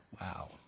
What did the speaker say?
Wow